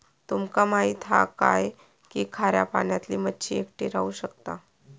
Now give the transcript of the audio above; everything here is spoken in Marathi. तुमका माहित हा काय की खाऱ्या पाण्यातली मच्छी एकटी राहू शकता